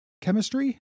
chemistry